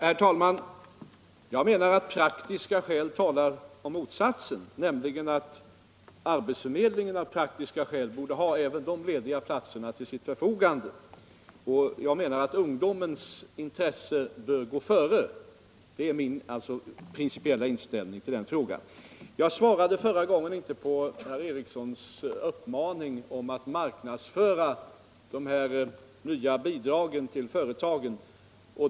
Herr talman! Jag anser att praktiska skäl talar för motsatsen. Arbetsförmedlingen borde av praktiska skäl ha även dessa platser till sitt för fogande. Jag anser att ungdomens intressen i detta fall bör komma först. Det är min principiella inställning till den frågan. Jag svarade i mitt förra inlägg inte på den uppmaning jag fick från herr Eriksson i Arvika alt marknadsföra de nya bidragen till företagen.